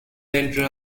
enter